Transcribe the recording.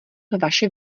vaše